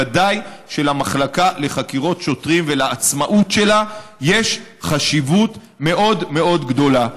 ודאי שלמחלקה לחקירות שוטרים ולעצמאות שלה יש חשיבות מאוד מאוד גדולה.